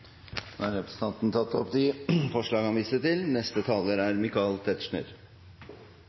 Da har representanten Kjell Ingolf Ropstad tatt opp det forslaget han refererte til. Dette er